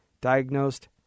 Diagnosed